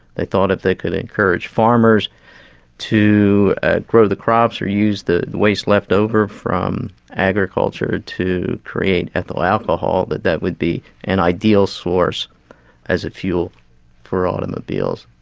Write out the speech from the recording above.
they thought if they could encourage farmers to grow the crops or use the waste leftover from agriculture to create ethyl alcohol, that that would be an ideal source as a fuel for automobiles.